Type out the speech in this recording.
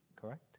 Correct